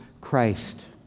Christ